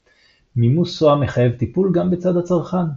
מימוש SOA מחייב טיפול גם בצד הצרכן.